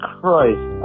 Christ